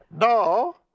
No